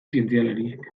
zientzialariek